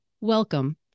Welcome